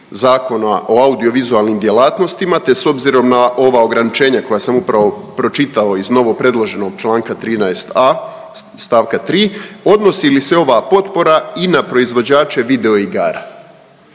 Zakona o audiovizualnim djelatnostima te s obzirom na ova ograničenja koja sam upravo pročitao iz novopredloženog čl. 13.a, st. 3., odnosi si li se ova potpora i na proizvođače videoigara?